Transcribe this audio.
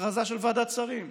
הכרזה של ועדת שרים.